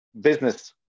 business